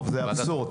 זה אבסורד.